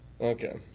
Okay